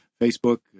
Facebook